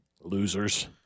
Losers